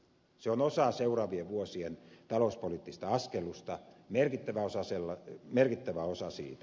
se on osa seuraavien vuosien talouspoliittista askellusta merkittävä osa siitä